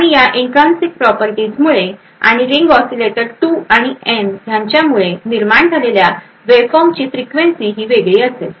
आणि या इंट्रान्सिक प्रॉपर्टीजमुळे आणि रिंग ओसीलेटर 2 आणि एन ह्यांच्यामुळे निर्माण झालेल्या वेव्हफॉर्मची फ्रिक्वेन्सी ही वेगळी असेल